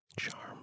charm